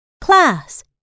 class